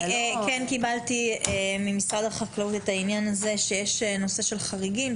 אני קיבלתי ממשרד החקלאות את העניין הזה שיש נושא של חריגים,